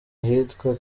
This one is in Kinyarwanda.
ahitwa